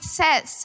says